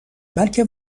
بلکه